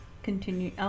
continue